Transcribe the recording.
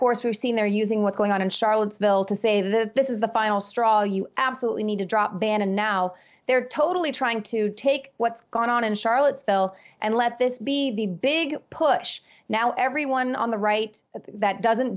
course we've seen they're using what's going on in charlottesville to say the this is the final straw you absolutely need to drop ban and now they're totally trying to take what's going on in charlottesville and let this be the big push now everyone on the right at that doesn't